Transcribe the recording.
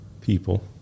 people